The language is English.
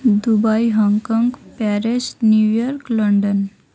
Dubai Hong Kong Paris New York London